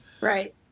Right